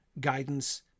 Guidance